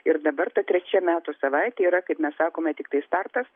ir dabar ta trečia metų savaitė yra kaip mes sakome tiktai startas